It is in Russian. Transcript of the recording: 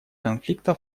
конфликта